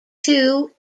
two